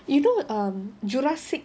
you know um jurassic